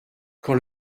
quand